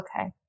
Okay